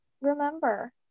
remember